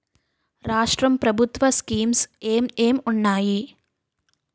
రాష్ట్రం ప్రభుత్వ స్కీమ్స్ ఎం ఎం ఉన్నాయి?